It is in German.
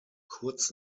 kurz